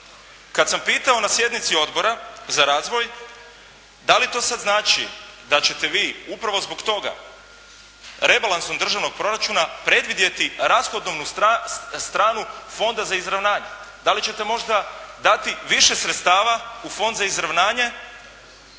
Kada sam pitao na sjednici Odbora za razvoj da li to sada znači da ćete vi upravo zbog toga rebalansom državnog proračuna predvidjeti rashodovnu stranu Fonda za izravnanje? Da li ćete možda dati više sredstava u Fond za izravnanje?